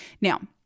Now